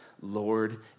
Lord